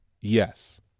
Yes